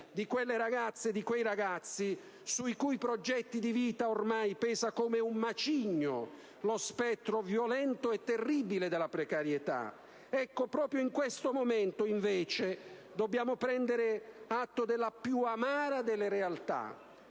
di quelle ragazze e di quei ragazzi sui cui progetti di vita ormai pesa come un macigno lo spettro violento e terribile della precarietà. Ecco, proprio in questo momento invece dobbiamo prendere atto della più amara delle realtà: